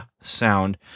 sound